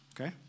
Okay